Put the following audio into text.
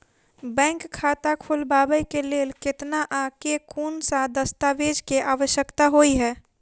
Bank खाता खोलबाबै केँ लेल केतना आ केँ कुन सा दस्तावेज केँ आवश्यकता होइ है?